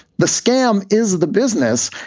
the scam is the business.